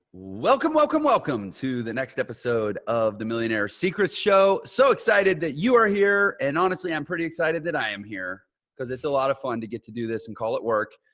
welcome, welcome. welcome to the next episode of the millionaire secrets show. so excited that you are here. and honestly, i'm pretty excited that i am here because it's a lot of fun to get to do this and call it work.